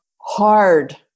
hard